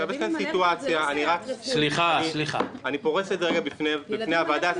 אני פורס בפני הוועדה את